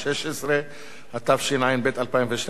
התשע"ב 2012. יציג את הצעת החוק